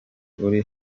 uri